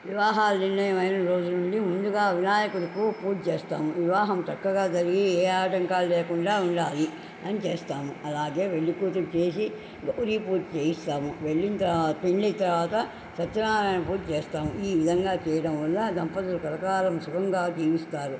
వివాహాలు నిర్ణయమైన రోజు నుండి ముందుగా వినాయకుడికి పూజ చేస్తాము వివాహం చక్కగా జరిగి ఏ ఆటంకాలు లేకుండా ఉండాలి అని చేస్తాము అలాగే పెళ్ళికూతురు చేసి గౌరి పూజ చేయిస్తాము వెళ్ళిన త పెండ్లి తర్వాత సత్యనారాయణ పూజ చేస్తాము ఈ విధంగా చేయడం వల్ల దంపతులు కలకాలం సుఖంగా జీవిస్తారు